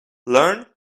learn